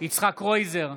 יצחק קרויזר,